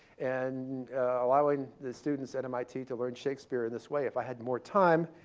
and allowing the students at mit to learn shakespeare in this way. if i had more time,